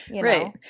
Right